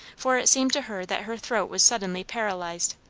for it seemed to her that her throat was suddenly paralyzed.